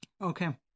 Okay